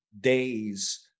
days